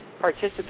participate